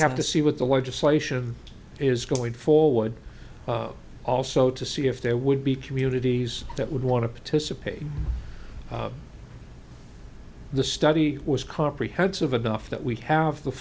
have to see what the legislation is going forward also to see if there would be communities that would want to participate in the study was comprehensive about that we have the